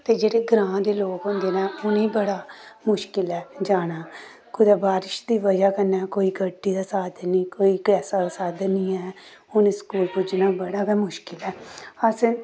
ते जेह्ड़े ग्रां दे लोक होंदे न उ'नें गी बड़ा मुश्कल ऐ जाना कुदै बारश दी ब'जा कन्नै कोई गड्डी दा साधन निं कोई किसै दा साधन नेईं ऐ उ'नें स्कूल पुज्जना बड़ा गै मुश्कल ऐ असें